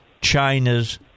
China's